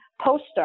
poster